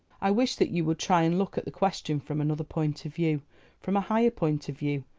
i wish that you would try and look at the question from another point of view from a higher point of view.